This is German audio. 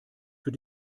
für